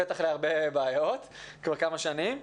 זה פתח להרבה בעיות כבר כמה שנים.